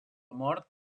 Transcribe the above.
mort